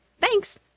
Thanks